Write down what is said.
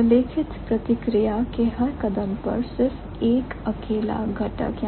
प्रलेखित प्रतिक्रिया के हर कदम पर सिर्फ एक अकेला घटक